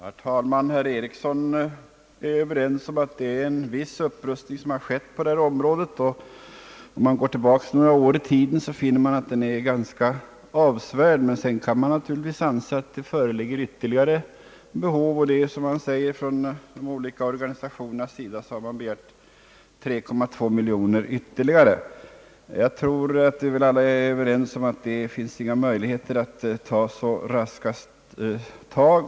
Herr talman! Herr Eriksson är överens med oss om att en viss upprustning skett på detta område. Går man tillbaka några år i tiden finner man, att denna upprustning är ganska avsevärd. Man kan naturligtvis anse att det föreligger ytterligare behov, och från olika organisationers sida har som sagts begärts ytterligare 3,2 miljoner. Jag tror att vi alla är överens om att det icke nu finns några möjligheter att ta så raska tag.